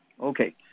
Okay